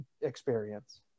experience